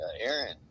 Aaron